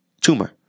tumor